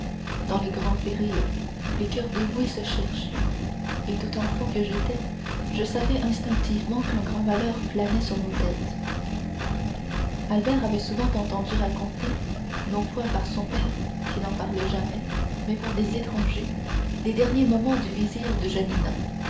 dans les grands périls les coeurs dévoués se cherchent et tout enfant que j'étais je sentais instinctivement qu'un grand malheur planait sur nos têtes albert avait souvent entendu raconter non point par son père qui n'en parlait jamais mais par des étrangers les derniers moments du vizir de